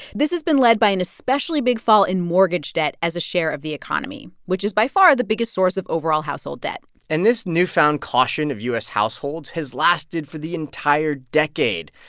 this has been led by an especially big fall in mortgage debt as a share of the economy, which is by far the biggest source of overall household debt and this newfound caution of u s. households has lasted for the entire decade.